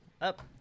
Up